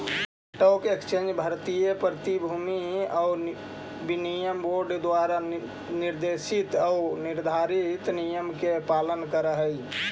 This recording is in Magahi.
स्टॉक एक्सचेंज भारतीय प्रतिभूति आउ विनिमय बोर्ड द्वारा निर्देशित आऊ निर्धारित नियम के पालन करऽ हइ